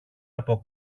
από